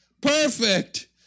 perfect